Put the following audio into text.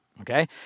Okay